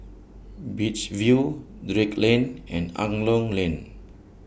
Beach View Drake Lane and Angklong Lane